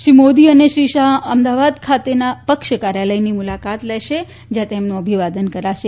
શ્રી મોદી અને શ્રી શાફ અમદાવાદ ખાતેના પક્ષ કાર્યાલયની મુલાકાત લેશે શ્ર્યાં તેમનું અભિવાદન કરાશે